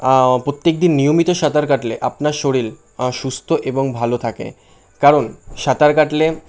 প্রত্যেকদিন নিয়মিত সাঁতার কাটলে আপনার শরীর সুস্থ এবং ভালো থাকে কারণ সাঁতার কাটলে